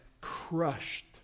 crushed